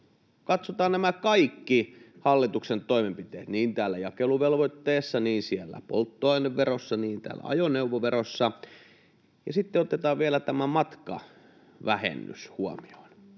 katsotaan nämä kaikki hallituksen toimenpiteet niin jakeluvelvoitteessa, polttoaineverossa kuin ajoneuvoverossa ja sitten otetaan vielä tämä matkavähennys huomioon,